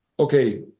Okay